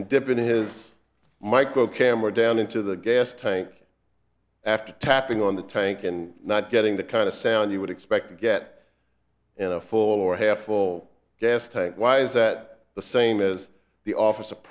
and dipping his micro camera down into the gas tank after tapping on the tank and not getting the kind of sound you would expect to get in a full or half full gas tank why is that the same as the office of